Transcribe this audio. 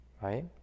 right